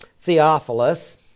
Theophilus